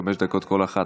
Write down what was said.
חמש דקות כל אחת.